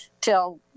till